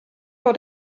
vor